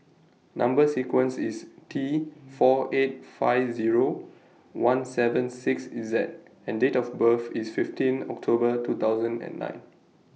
Number sequence IS T four eight five Zero one seven six Z and Date of birth IS fifteen October two thousand and nine